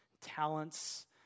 talents